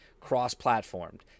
cross-platformed